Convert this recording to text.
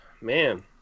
Man